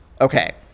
okay